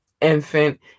infant